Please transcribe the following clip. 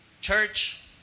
church